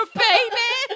baby